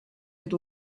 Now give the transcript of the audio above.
had